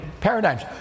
paradigms